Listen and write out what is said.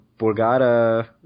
Borgata